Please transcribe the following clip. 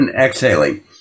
exhaling